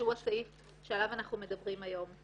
שהוא הסעיף שעליו אנחנו מדברים היום.